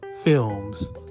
films